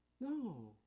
No